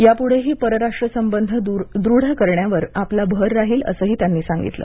यापुढेही परराष्ट्र संबंध दृढ करण्यावर आपला भर राहील असंही त्यांनी सांगीतलं